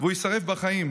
והוא יישרף בחיים,